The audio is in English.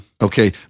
Okay